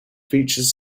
featured